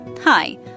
Hi